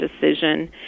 decision